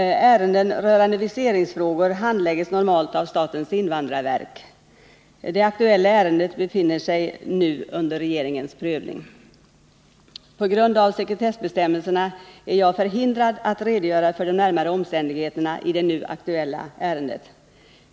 Ärenden rörande viseringsfrågor handlägges normalt av statens invandrarverk. Det aktuella ärendet befinner sig nu under regeringens prövning. På grund av sekretessbestämmelserna är jag förhindrad att redogöra för de närmare omständigheterna i det nu aktuella ärendet.